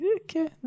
Okay